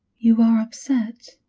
you are upset.